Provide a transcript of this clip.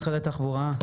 משרד התחבורה.